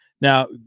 Now